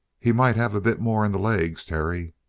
he might have a bit more in the legs, terry.